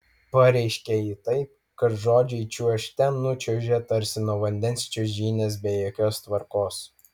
pareiškia ji taip kad žodžiai čiuožte nučiuožia tarsi nuo vandens čiuožynės be jokios tvarkos